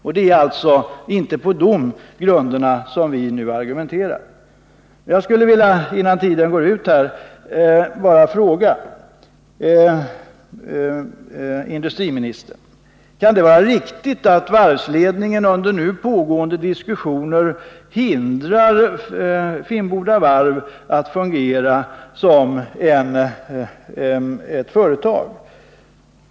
Det är alltså inte på de grunderna som vi nu argumenterar. Innan min taletid går ut vill jag bara fråga industriministern: Kan det vara riktigt att varvsutredningen under nu pågående diskussioner hindrar Finnboda varv att fungera som ett företag?